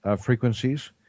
frequencies